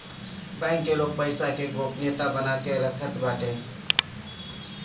bank लोग के पईसा के गोपनीयता बना के रखत बाटे